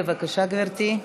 בבקשה, גברתי,